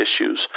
issues